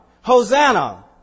Hosanna